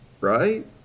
right